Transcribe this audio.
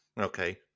Okay